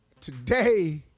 Today